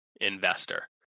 investor